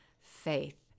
faith